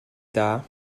dda